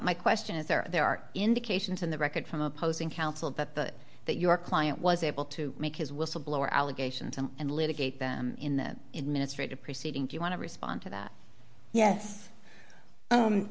my question is are there are indications in the record from opposing counsel that that your client was able to make his whistleblower allegations and litigate them in the ministry to preceding do you want to respond to that yes